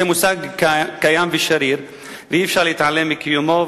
זה מושג קיים ושריר ואי-אפשר להתעלם מקיומו.